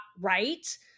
right